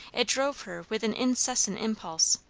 it drove her with an incessant impulse.